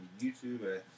YouTube